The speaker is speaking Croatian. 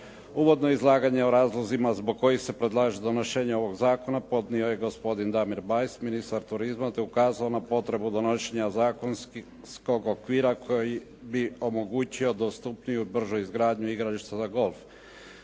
Uvodno izlaganje o razlozima zbog kojih se predlaže donošenje ovog zakona podnio je gospodin Damir Bajs, ministar turizma, te ukazao na potrebu donošenja zakonskog okvira koji bi omogućio dostupniju i bržu izgradnju igrališta za golf.